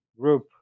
group